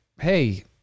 Hey